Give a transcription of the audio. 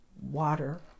Water